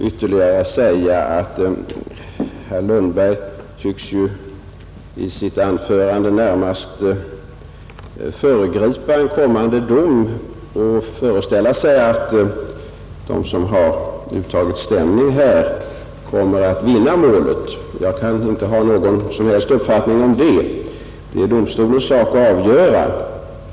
Herr talman! Jag vill bara ytterligare säga att herr Lundberg i sitt anförande närmast tycks föregripa en kommande dom och föreställa sig att de som har uttagit stämning skall vinna målet. Jag kan inte ha någon som helst uppfattning om det. Det är domstolens sak att avgöra detta.